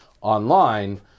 online